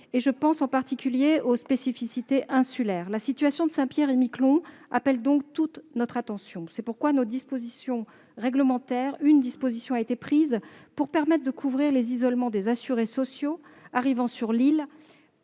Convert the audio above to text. Je pense en particulier aux spécificités insulaires. La situation de Saint-Pierre et Miquelon appelle donc toute notre attention. C'est pourquoi une disposition réglementaire a été prise pour permettre de couvrir l'isolement des assurés sociaux arrivant sur l'île